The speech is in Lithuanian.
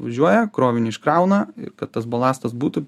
važiuoja krovinį iškrauna kad tas balastas būtų